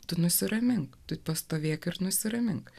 tu nusiramink tu pastovėk ir nusiramink